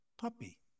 puppy